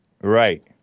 Right